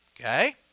okay